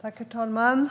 Svar på interpellationer Herr talman!